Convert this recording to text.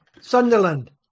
Sunderland